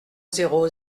zéro